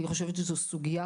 אני חושבת שזו סוגיה.